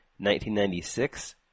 1996